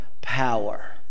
Power